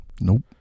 Nope